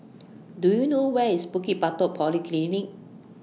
Do YOU know Where IS Bukit Batok Polyclinic